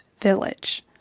Village